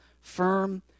firm